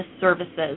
services